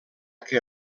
que